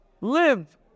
live